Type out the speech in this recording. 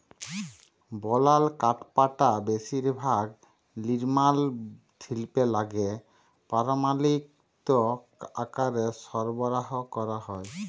বলাল কাঠপাটা বেশিরভাগ লিরমাল শিল্পে লাইগে পরমালিত আকারে সরবরাহ ক্যরা হ্যয়